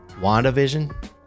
WandaVision